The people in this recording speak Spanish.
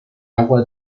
agua